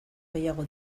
gehiago